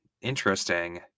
interesting